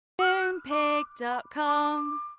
Moonpig.com